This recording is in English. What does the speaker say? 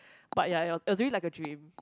but ya it was it was really like a dream